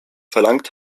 verlangt